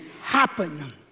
happen